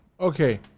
okay